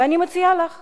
ואני מציעה לך